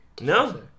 No